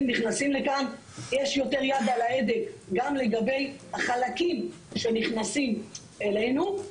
יש יותר יד על ההדק גם לגבי חלקים שנכנסים אלינו.